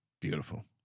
beautiful